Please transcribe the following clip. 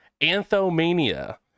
Anthomania